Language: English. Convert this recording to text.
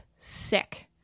sick